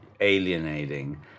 alienating